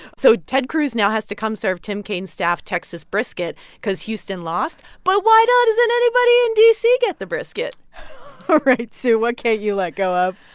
so ted cruz now has to come serve tim kaine's staff texas brisket because houston lost. but why doesn't anybody in d c. get the brisket? all right, sue, what can't you let go of?